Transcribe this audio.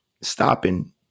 stopping